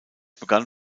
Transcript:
begann